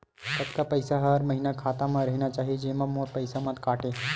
कतका पईसा हर महीना खाता मा रहिना चाही जेमा मोर पईसा मत काटे?